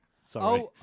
Sorry